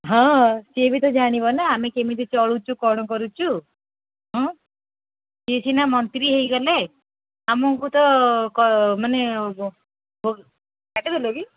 ହଁ ସିଏ ବି ତ ଜାଣିବ ନା ଆମେ କେମିତି ଚଳୁଛୁ କ'ଣ କରୁଛୁ ହଁ ସିଏ ସିନା ମନ୍ତ୍ରୀ ହେଇଗଲେ ଆମକୁ ତ ମାନେ କାଟିଦେଲ କି